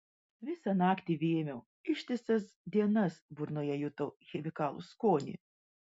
visą naktį vėmiau ištisas dienas burnoje jutau chemikalų skonį